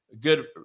good